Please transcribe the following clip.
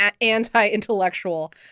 anti-intellectual